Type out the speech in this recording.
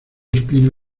espino